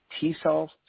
T-cells